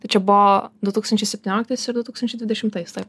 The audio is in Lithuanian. tai čia buvo du tūkstančiai septynioliktais ir du tūkstančiai dvidešimtais taip